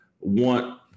want